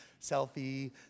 selfie